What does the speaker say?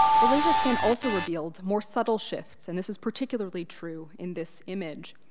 the laser scan also revealed more subtle shifts and this is particularly true in this image.